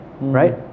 right